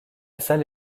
salle